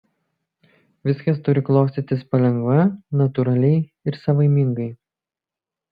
viskas turi klostytis palengva natūraliai ir savaimingai